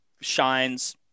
shines